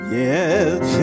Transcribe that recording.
yes